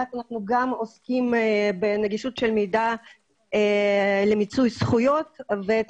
צה"ל אנחנו גם עוסקים בנגישות של מידע למיצוי זכויות ואת